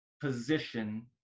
position